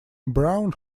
brown